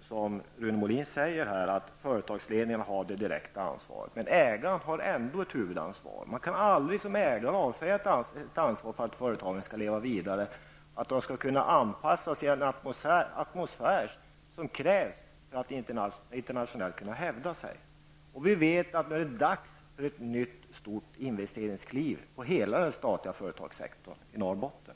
som Rune Molin säger, att företagsledningen har det direkta ansvaret. Men ägaren har ändå ett huvudansvar. Man kan aldrig som ägare avsäga sig sitt ansvar för att företagen skall leva vidare och för att de skall kunna anpassa sig till den atmosfär som krävs för att internationellt kunna hävda sig. Vi vet att det är dags för ett nytt stort investeringskliv på hela den statliga företagssektorn i Norrbotten.